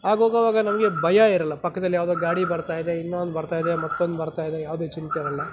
ಹಾಗೆ ಹೋಗೋವಾಗ ನಮಗೆ ಭಯ ಇರಲ್ಲ ಪಕ್ಕದಲ್ಲಿ ಯಾವುದೋ ಗಾಡಿ ಬರ್ತಾಯಿದೆ ಇನ್ನೊಂದು ಬರ್ತಾಯಿದೆ ಮತ್ತೊಂದು ಬರ್ತಾಯಿದೆ ಯಾವುದೇ ಚಿಂತೆ ಇರಲ್ಲ